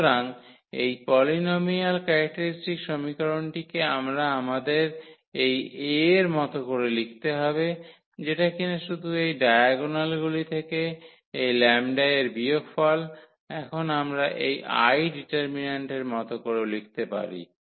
সুতরাং এই polynomial characteristic সমীকরণটিকে আমরা আমাদের এই A এর মত করে লিখতে হবে যেটা কিনা শুধু এই ডায়াগোনালগুলি থেকে এই λ এর বিয়োগফল এখন আমরা এই I ডিটারমিন্যান্টের মত করেও লিখতে পারি